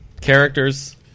characters